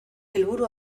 helburu